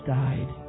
died